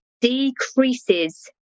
decreases